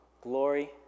glory